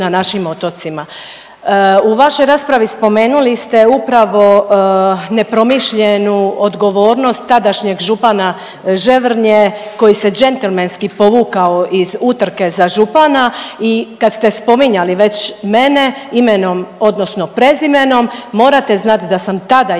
U vašoj raspravi spomenuli ste upravo nepromišljenu odgovornost tadašnjeg župana Ževrnje koji se džentlmenski povukao iz utrke za župana i kad ste spominjali već mene imenom odnosno prezimenom morate znat da sam tada ja